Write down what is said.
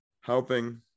helping